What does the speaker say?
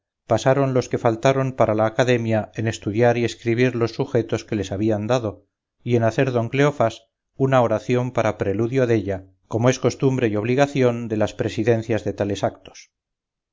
pasaron los que faltaron para la academia en estudiar y escribir los sujetos que les habían dado y en hacer don cleofás una oración para preludio della como es costumbre y obligación de las presidencias de tales actos